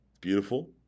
beautiful